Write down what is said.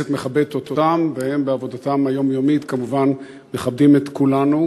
והכנסת מכבדת אותם והם בעבודתם היומיומית כמובן מכבדים את כולנו.